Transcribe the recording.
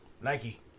Nike